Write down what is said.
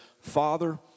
Father